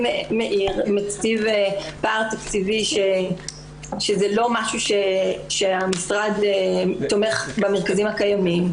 מאיר מציב פער תקציבי שזה לא משהו שהמשרד תומך במרכזים הקיימים,